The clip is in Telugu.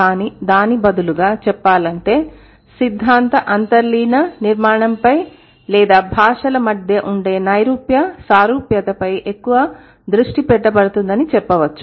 కానీ దాని బదులుగా చెప్పాలంటే సిద్ధాంత అంతర్లీన నిర్మాణంపై లేదా భాషల మధ్య ఉండే నైరూప్య సారూప్యత ఫై ఎక్కువ దృష్టి పెట్టబడుతుందని చెప్పవచ్చు